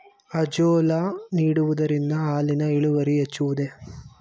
Azolla ನೀಡುವುದರಿಂದ ಹಾಲಿನ ಇಳುವರಿ ಹೆಚ್ಚುವುದೇ?